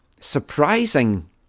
Surprising